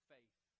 Faith